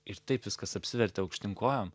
ir taip viskas apsivertė aukštyn kojom